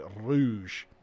rouge